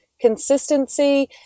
consistency